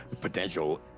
potential